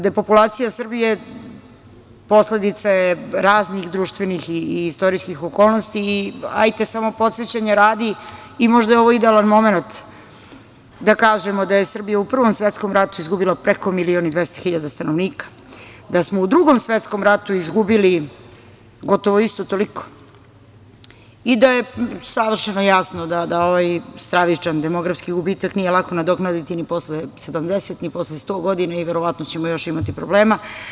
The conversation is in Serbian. Depopulacija Srbije posledica je raznih društvenih i istorijskih okolnosti i, hajte samo podsećanja radi, možda je ovo idealan momenat da kažemo da je Srbija u Prvom svetskom ratu izgubila preko milion i 200 hiljada stanovnika, da smo u Drugom svetskom ratu izgubili gotovo isto toliko i da je savršeno jasno da ovaj stravičan demografski gubitak nije lako nadoknaditi ni posle 70, ni posle 100 godina i verovatno ćemo još imati problema.